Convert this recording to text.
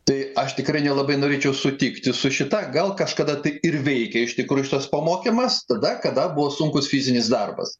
tai aš tikrai nelabai norėčiau sutikti su šita gal kažkada tai ir veikė iš tikrųjų šitas pamokymas tada kada buvo sunkus fizinis darbas